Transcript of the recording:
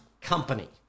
company